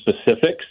specifics